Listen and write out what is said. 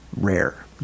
rare